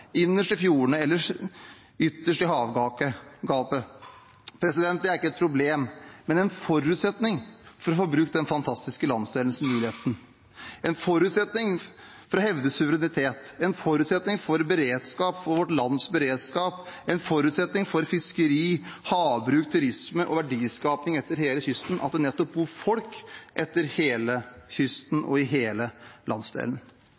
innerst i fjordene eller ytterst i havgapet. Det er ikke et problem, men en forutsetning for å få brukt den fantastiske landsdelens muligheter. Det er en forutsetning for å hevde suverenitet, en forutsetning for beredskap og vårt lands beredskap, en forutsetning for fiskeri, havbruk, turisme og verdiskaping langs hele kysten at det bor folk langs hele kysten og i hele landsdelen.